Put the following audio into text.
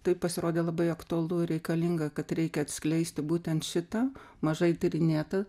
tai pasirodė labai aktualu reikalinga kad reikia atskleisti būtent šitą mažai tyrinėtą